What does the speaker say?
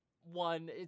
one